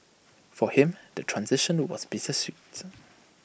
for him the transition was bittersweet